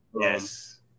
Yes